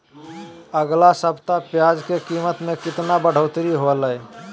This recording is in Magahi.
अगला सप्ताह प्याज के कीमत में कितना बढ़ोतरी होलाय?